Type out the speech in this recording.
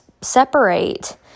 separate